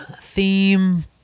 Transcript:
theme